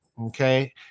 Okay